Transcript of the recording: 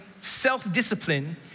self-discipline